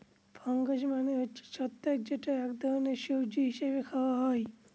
fungus মানে হচ্ছে ছত্রাক যেটা এক ধরনের সবজি হিসেবে খাওয়া হয়